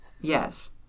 Yes